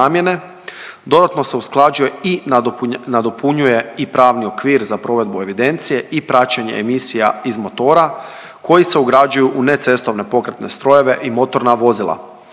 Dodatno se usklađuje i nadopunjuje i pravni okvir za provedbu evidencije i praćenje emisija iz motora koji se ugrađuju u necestovne pokretne strojeve i motorna vozila.